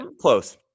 close